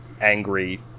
angry